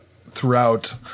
throughout